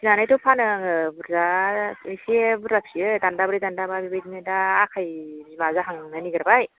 फिसिनानैथ' फानो आङो बुरजा एसे बुरजा फिसियो दानदाब्रै दानदाबा बेबादिनो दा आखाइ बिमा जाहांनो नागिरबाय